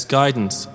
guidance